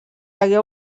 hagué